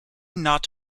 not